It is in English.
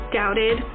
doubted